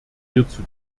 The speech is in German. hierzu